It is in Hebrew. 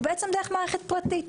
הוא בעצם דרך מערכת פרטית,